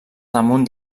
damunt